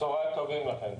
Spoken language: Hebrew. צהריים טובים לכם.